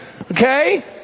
Okay